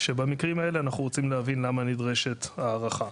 שבמקרים האלה אנחנו רוצים להבין למה נדרשת הארכה.